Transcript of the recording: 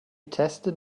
tested